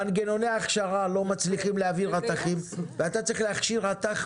מנגנוני הכשרה לא מצליחים להביא רתכים ואתה צריך להכשיר רתך,